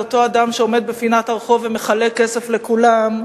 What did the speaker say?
על אותו אדם שעומד בפינת הרחוב ומחלק כסף לכולם,